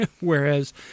Whereas